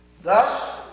Thus